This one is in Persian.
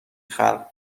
خلق